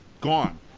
gone